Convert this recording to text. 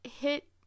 hit